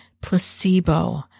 placebo